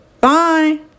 bye